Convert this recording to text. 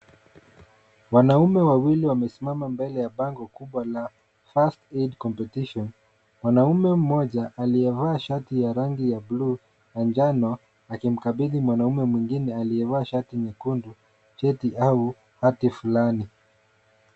Wanaume wawili wamesimama mbele ya bango kubwa la FIRST AID COMPETITION .Mwanamume mmoja aliyevaa shati ya rangi ya bluu na njano akimkabidhi mwanamume mwingine aliyevaa shati nyekundu cheti au hadhi fulani.